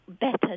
Better